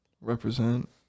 Represent